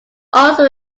also